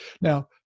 Now